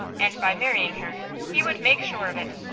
and by marrying her he would make sure of it.